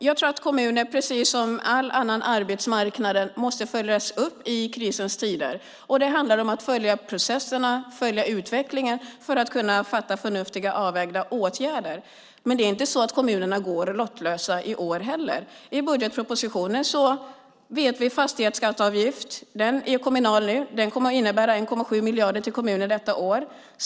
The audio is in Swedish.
Jag tror att kommuner, precis som all arbetsmarknad, måste följas upp i krisens tid. Det handlar om att följa processerna och utvecklingen för att kunna vidta förnuftigt avvägda åtgärder. Kommunerna är inte lottlösa i år heller. I budgetpropositionen ser vi att fastighetsskatteavgiften är kommunal nu. Det innebär 1,7 miljarder till kommunerna detta år.